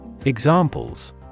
Examples